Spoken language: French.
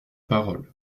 parole